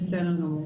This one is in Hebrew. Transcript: בסדר גמור.